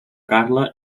carla